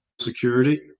security